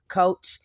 coach